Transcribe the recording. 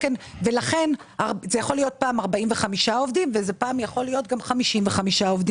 לכן זה יכול להיות פעם 45 עובדים ופעם זה יכול להיות 55 עובדים.